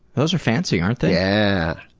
those are fancy, aren't they? yeah